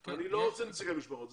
אני לא רוצה נציגי משפחות.